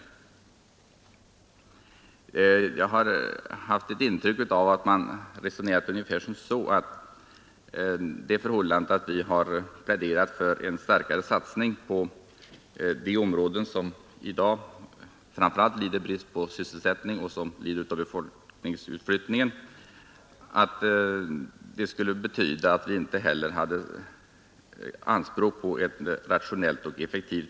Jag har haft ett intryck av att man resonerat ungefär som så, att det förhållandet att vi har pläderat för en starkare satsning på de områden som i dag framför allt lider brist på sysselsättning, och som lider av befolkningsutflyttningen, skulle betyda att vi inte hade anspråk på att näringslivet skall vara rationellt och effektivt.